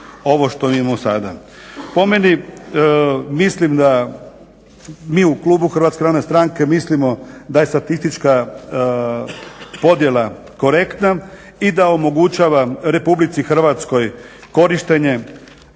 ovo što mi imamo sada. Po meni mislim da mi u klubu HNS-a mislimo da je statistička podjela korektna i da omogućava RH korištenje